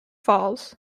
falls